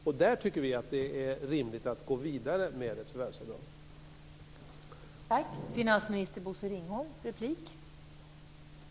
Vi tycker att det är rimligt att gå vidare med ett förvärvsavdrag där.